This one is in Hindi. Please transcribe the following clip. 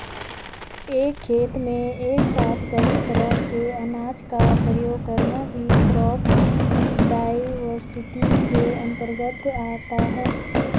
एक खेत में एक साथ कई तरह के अनाज का प्रयोग करना भी क्रॉप डाइवर्सिटी के अंतर्गत आता है